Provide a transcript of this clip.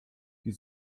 die